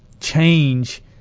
change